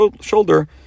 shoulder